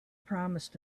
promised